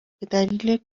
بدلیل